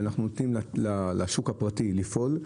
ואנחנו נותנים לשוק הפרטי לפעול,